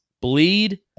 bleed